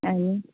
आनी